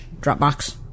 Dropbox